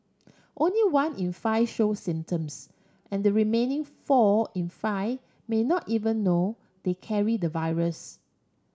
only one in five show symptoms and the remaining four in five may not even know they carry the virus